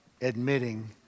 admitting